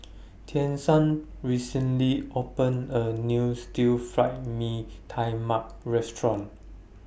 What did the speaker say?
Tiesha recently opened A New Stir Fried Mee Tai Mak Restaurant